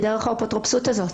דרך האפוטרופסות הזאת.